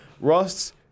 Ross